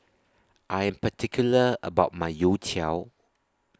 I Am particular about My Youtiao